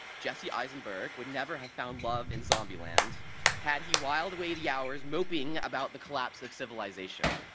jesse eisenberg would never have found love in zombieland had he whiled away the hours moping about the collapse of civilization.